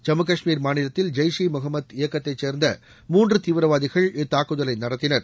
ஜம்மு காஷ்மீர் மாநிலத்தில் ஜெய்ஷ் இ முகமது இயக்கத்தை சேர்ந்த மூன்று தீவிரவாதிகள் இத்தாக்குதலை நடத்தினர்